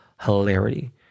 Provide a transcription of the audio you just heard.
hilarity